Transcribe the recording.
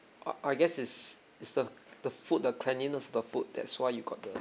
uh I guess is is the the food the cleanliness of the food that's why you got the